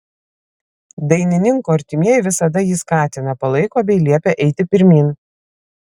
dainininko artimieji visada jį skatina palaiko bei liepia eiti pirmyn